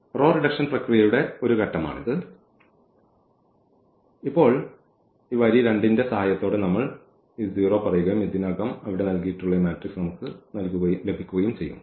raw reduction പ്രക്രിയയുടെ ഒരു ഘട്ടമാണിത് ഇപ്പോൾ ഈ വരി 2 ന്റെ സഹായത്തോടെ നമ്മൾ ഈ 0 പറയുകയും ഇതിനകം അവിടെ നൽകിയിട്ടുള്ള ഈ മാട്രിക്സ് നമുക്ക് ലഭിക്കുകയും ചെയ്യും